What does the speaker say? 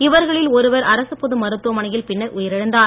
இவர்களில் ஒருவர் அரசுப் பொது மருத்துவமனையில் பின்னர் உயிர் இழந்தார்